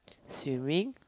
swimming